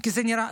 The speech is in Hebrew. כי זה נראה,